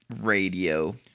radio